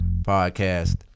Podcast